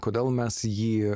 kodėl mes jį